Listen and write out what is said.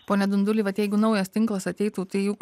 pone dunduli vat jeigu naujas tinklas ateitų tai juk